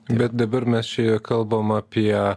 bet dabar mes čia kalbam apie